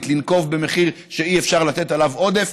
לנקוב במחיר שאי-אפשר לתת עליו עודף,